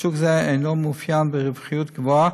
שוק זה אינו מתאפיין ברווחיות גבוהה,